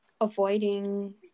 avoiding